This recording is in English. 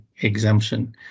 exemption